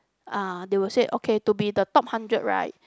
!ah! they will say okay to be the top hundred right